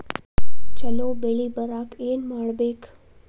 ಛಲೋ ಬೆಳಿ ಬರಾಕ ಏನ್ ಮಾಡ್ಬೇಕ್?